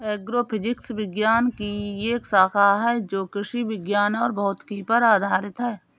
agrophysics विज्ञान की एक शाखा है जो कृषि विज्ञान और भौतिकी पर आधारित है